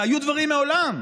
והיו דברים מעולם.